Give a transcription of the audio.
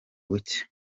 buke